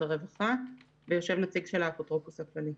הרווחה ויושב נציג של האפוטרופוס הכללי.